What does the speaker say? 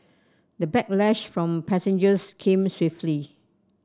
the backlash from passengers came swiftly